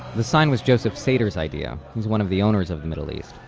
the sign was joseph sater's idea, who is one of the owners of the middle east.